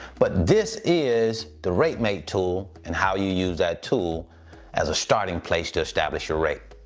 but this is the rate mate tool and how you use that tool as a starting place to establish your rate.